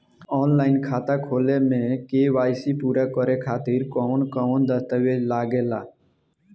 Online खाता खोले में के.वाइ.सी पूरा करे खातिर कवन कवन दस्तावेज लागे ला?